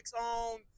on